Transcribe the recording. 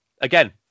Again